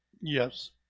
Yes